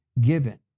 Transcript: given